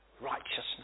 Righteousness